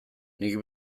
nik